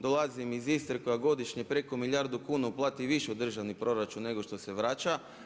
Dolazim iz Istre koja godišnje preko milijardu kuna uplati više u državni proračun nego što se vraća.